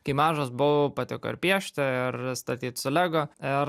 kai mažas buvau patiko ir piešti ir statyt su lego ir